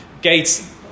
gates